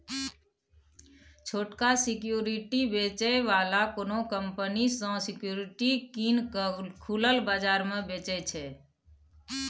छोटका सिक्युरिटी बेचै बला कोनो कंपनी सँ सिक्युरिटी कीन केँ खुलल बजार मे बेचय छै